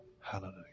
Hallelujah